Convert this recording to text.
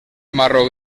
marró